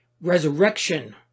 resurrection